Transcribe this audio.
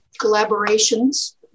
collaborations